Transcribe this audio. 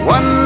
One